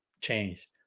change